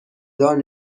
دار